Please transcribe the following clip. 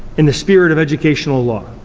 and the spirit of educational law.